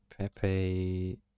Pepe